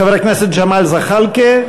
חבר הכנסת ג'מאל זחאלקה,